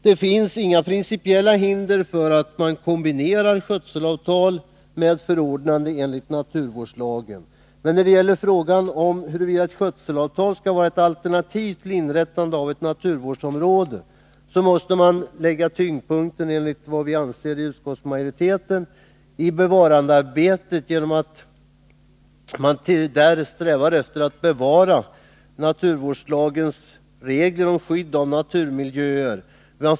Det finns inga principiella hinder mot kombinationen skötselavtal-förordnande enligt naturvårdslagen. Men när det gäller frågan om huruvida ett skötselavtal skall vara ett alternativ till inrättande av naturvårdsområde måste tyngdpunkten i bevarandearbetet enligt utskottsmajoritetens uppfattning ligga i strävan att bevara naturvårdslagens regler om skydd av naturmiljöer.